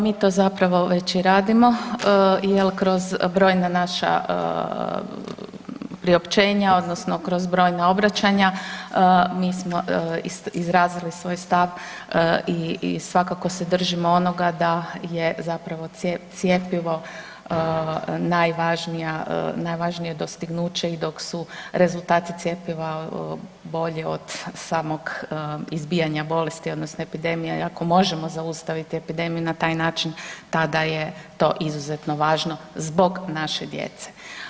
Mi to zapravo već i radimo jer kroz brojna naša priopćenja odnosno kroz brojna obraćanja mi smo izrazili svoj stav i svakako se držimo onoga da je zapravo cjepivo najvažnija, najvažnije dostignuće i dok su rezultati cjepiva bolji od samog izbijanja bolesti odnosno epidemije i ako možemo zaustaviti epidemiju na taj način tada je to izuzetno važno zbog naše djece.